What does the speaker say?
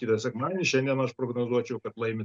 kitą sekmadienį šiandien aš prognozuočiau kad laimi